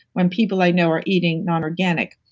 when people i know are eating non organic.